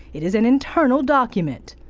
it is an internal document.